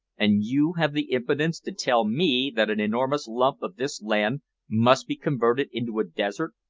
and you have the impudence to tell me that an enormous lump of this land must be converted into a desert,